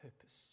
purpose